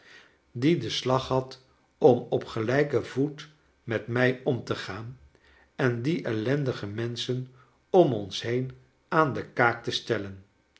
die den slag had om op gelijken voet met mij om te gaan en die ellendige mensohen om ons been aan de kaak te stellen